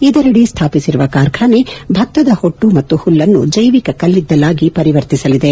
ಇದರಡಿ ಸ್ಥಾಪಿಸಿರುವ ಕಾರ್ಖಾನೆ ಭತ್ತದ ಹೊಟ್ಟು ಮತ್ತು ಹುಲ್ಲನ್ನು ಜೈವಿಕ ಕಲ್ಲಿದ್ದಲಾಗಿ ಪರಿವರ್ತಿಸಲಿದೆ